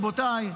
רבותיי,